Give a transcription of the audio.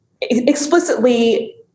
explicitly